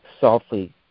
softly